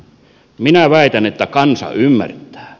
minä väitän että kansa ymmärtää